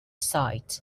site